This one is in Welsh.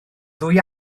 ddwy